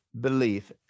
belief